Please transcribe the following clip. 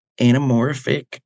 anamorphic